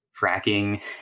fracking